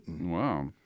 Wow